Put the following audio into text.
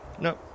No